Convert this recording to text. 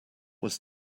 was